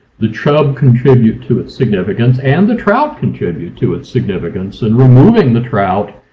the chub contribute to its significance and the trout contribute to its significance, and removing the trout,